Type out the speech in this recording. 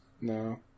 No